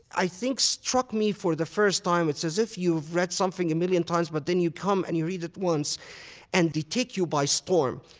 i think, struck me for the first time. it's as if you have read something a million times, but then you come and you read it once and they take you by storm.